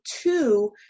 two